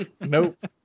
Nope